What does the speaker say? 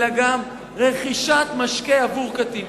אלא גם רכישת משקה עבור קטין,